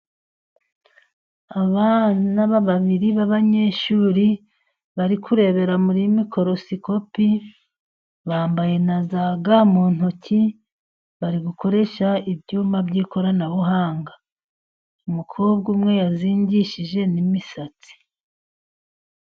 Abana babiri b'abanyeshuri bari kurebera muri mikorosikopi, bambaye na za ga mu ntoki, bari gukoresha ibyuma by'ikoranabuhanga. Umukobwa umwe yazingishije n'imisatsi.